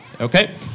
Okay